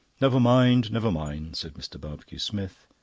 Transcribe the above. never mind, never mind, said mr. barbecue-smith.